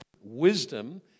Wisdom